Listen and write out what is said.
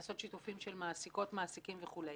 לעשות שיתופים של מעסיקות/מעסיקים וכולי.